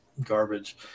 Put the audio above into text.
garbage